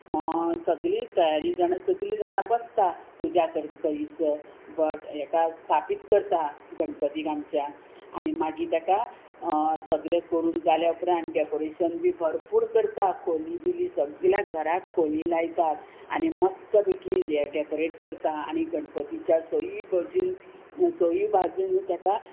सगळी तयारी जाणां सगळीं जाणां बसता पुजा करी सर बट हेका स्थापित करता गणपतीक आमच्या आनी मागीर तेका सगळें करून जाल्या उपरांत डेकोरेशन बी भरपूर करता खोली बिली सगल्या घराक फोली लायतात आनी मस्तपेकी डेकोरेट करता आनी गणपतीच्या सोयी भाजून सोयी भाजून ताका